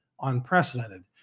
unprecedented